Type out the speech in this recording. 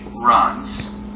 runs